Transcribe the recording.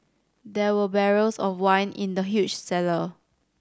there were barrels of wine in the huge cellar